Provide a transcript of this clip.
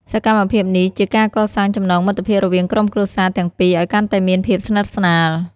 សកម្មភាពនេះជាការកសាងចំណងមិត្តភាពរវាងក្រុមគ្រួសារទាំងពីរឱ្យកាន់តែមានភាពស្និទ្ធស្នាល។